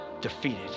Defeated